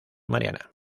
mariana